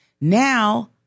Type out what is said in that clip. Now